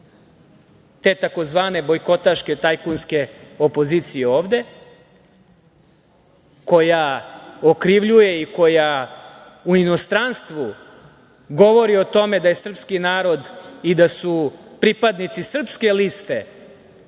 te tzv. bojkotaške tajkunske opozicije ovde koja okrivljuje i koja u inostranstvu govori o tome da je srpski narod i da su pripadnici srpske liste